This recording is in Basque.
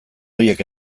horiek